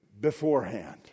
beforehand